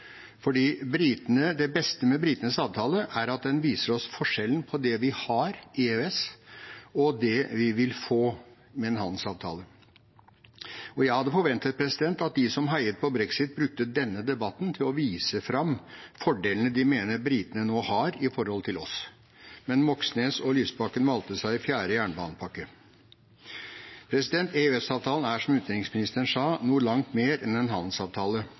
fordi det beste med britenes avtale er at den viser oss forskjellen på det vi har i EØS, og det vi vil få med en handelsavtale. Jeg hadde forventet at de som heier på brexit, brukte denne debatten til å vise fram fordelene de mener britene nå har i forhold til oss, men Moxnes og Lysbakken valgte seg fjerde jernbanepakke. EØS-avtalen er, som utenriksministeren sa, noe langt mer enn en handelsavtale,